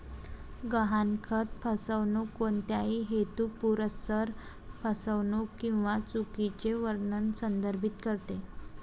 गहाणखत फसवणूक कोणत्याही हेतुपुरस्सर फसवणूक किंवा चुकीचे वर्णन संदर्भित करते